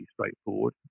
straightforward